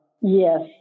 Yes